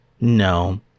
No